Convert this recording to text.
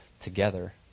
together